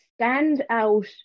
standout